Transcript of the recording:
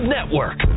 Network